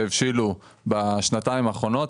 שהבשילו בשנתיים האחרונות.